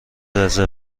رزرو